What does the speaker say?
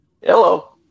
Hello